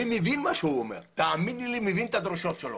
אני מבין מה הוא אומר ומה הדרישות שלו,